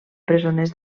presoners